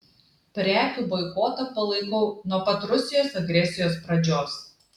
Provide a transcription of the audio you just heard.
prekių boikotą palaikau nuo pat rusijos agresijos pradžios